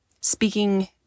speaking